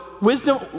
wisdom